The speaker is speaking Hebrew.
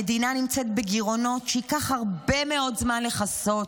המדינה נמצאת בגירעונות שייקח הרבה מאוד זמן לכסות.